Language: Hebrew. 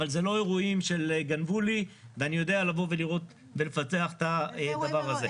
אבל אלה לא אירועים שגנבו לי ואני יודע לפצח את הדבר הזה.